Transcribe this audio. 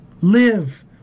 live